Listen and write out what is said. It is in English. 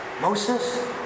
Moses